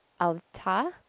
Alta